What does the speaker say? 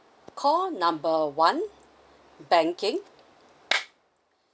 call number one banking